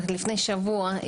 לפני שבוע,